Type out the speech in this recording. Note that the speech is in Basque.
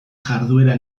jarduera